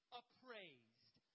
appraised